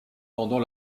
pendant